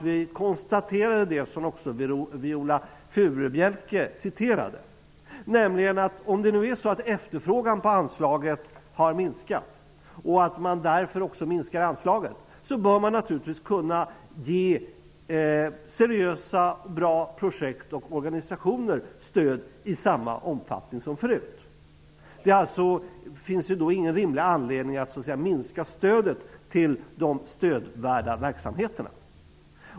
Vi konstaterade vad Viola Furubjelke sade, nämligen att även om efterfrågan på pengar från anslaget har minskat, och därmed anslaget minskas, bör man kunna ge seriösa, bra projekt och organisationer stöd i samma omfattning som tidigare. Det finns då ingen rimlig anledning att minska stödet till de stödvärda verksamheterna.